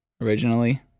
originally